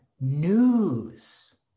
news